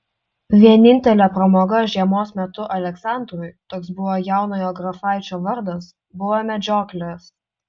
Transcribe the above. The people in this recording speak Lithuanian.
vienintelė pramoga žiemos metu aleksandrui toks buvo jaunojo grafaičio vardas buvo medžioklės